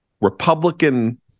Republican